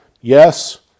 yes